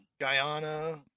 Guyana